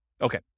okay